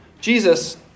Jesus